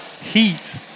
heat